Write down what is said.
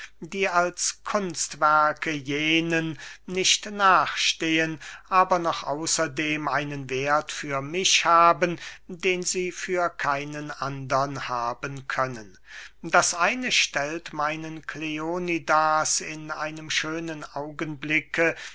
die als kunstwerke jenen nicht nachstehen aber noch außer dem einen werth für mich haben den sie für keinen andern haben können das eine stellt meinen kleonidas in einem schönen augenblicke